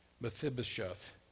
Mephibosheth